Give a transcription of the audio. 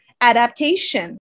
adaptation